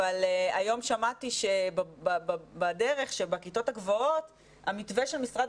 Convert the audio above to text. אבל היום שמעתי בדרך שבכיתות הגבוהות המתווה של משרד